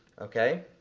okay,